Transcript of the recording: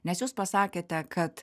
nes jūs pasakėte kad